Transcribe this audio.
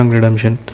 Redemption